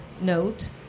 note